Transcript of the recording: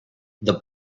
that